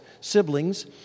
siblings